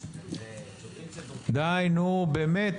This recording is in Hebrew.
אוי --- די, נו, באמת.